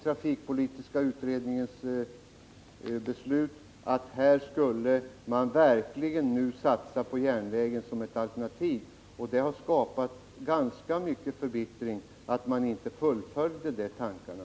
Trafikpolitiska utredningen sade att man nu verkligen skulle satsa på järnvägen som ett alternativ, och det har skapat stor förbittring att de tankarna inte har omsatts i handling.